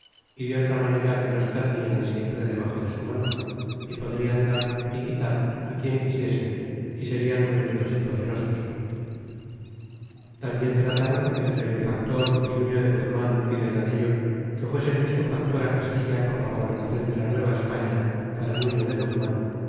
y de otra manera que los ternian siempre debaxo de su mano y podrian dar y quitar quien quisiesen y serian muy ricos y poderosos y tambien tratron entre el factor y nuño de guzman y delgadillo que fuese el mismo factor castilla por la gobernacion de la nueva españa para nuo de guzman